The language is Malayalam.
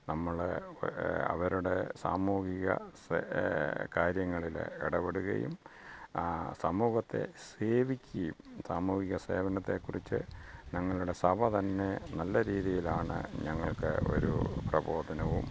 നമ്മളെ അവരുടെ സാമൂഹിക കാര്യങ്ങളില് ഇടപെടുകയും സമൂഹത്തെ സേവിക്കുകയും സാമൂഹിക സേവനത്തെ കുറിച്ച് ഞങ്ങളുടെ സഭ തന്നെ നല്ല രീതിയിലാണ് ഞങ്ങൾക്ക് ഒരു പ്രബോധനവും